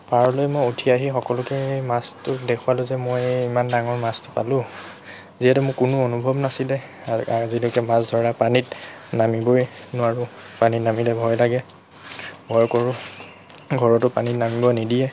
পাৰলৈ মই উঠি আহি সকলোকে মাছটো দেখুৱালোঁ যে মই ইমান ডাঙৰ মাছ পালোঁ যিহেতু মোৰ কোনো অনুভৱ নাছিলে আজিলৈকে মাছ ধৰা পানীত নামিবই নোৱাৰোঁ পানীত নামিলে ভয় লাগে ঘৰতো পানীত নামিব নিদিয়েই